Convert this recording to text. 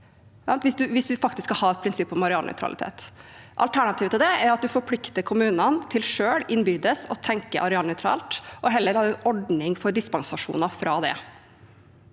skal ha et prinsipp om arealnøytralitet. Alternativet til det er at vi forplikter kommunene til selv innbyrdes å tenke arealnøytralt, og at vi heller har en ordning for dispensasjoner fra det.